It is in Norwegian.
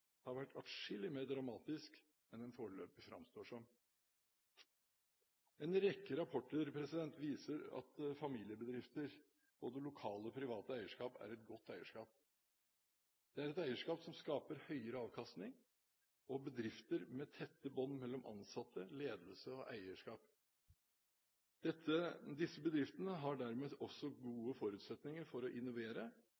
vært adskillig mer dramatisk enn den foreløpig framstår som. En rekke rapporter viser at familiebedrifter og det lokale private eierskap er et godt eierskap. Det er et eierskap som skaper høyere avkastning og bedrifter med tette bånd mellom ansatte, ledelse og eierskap. Disse bedriftene har dermed også